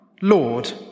Lord